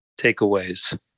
takeaways